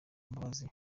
mbabazi